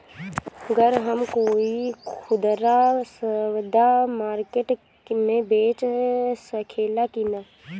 गर हम कोई खुदरा सवदा मारकेट मे बेच सखेला कि न?